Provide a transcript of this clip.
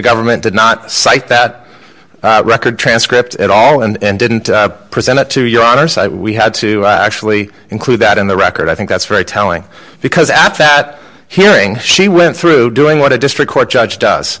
government did not cite that record transcript at all and didn't present it to your honor so we had to actually include that in the record i think that's very telling because at that hearing she went through doing what a district court judge does